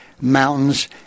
Mountains